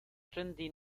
trendy